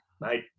Mate